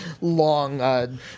long